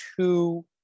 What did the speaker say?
two